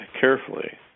carefully